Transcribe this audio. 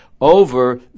over